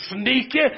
sneaky